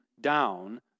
down